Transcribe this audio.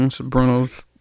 Bruno's